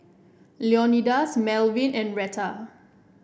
Leonidas Malvin and Retta